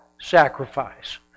sacrifice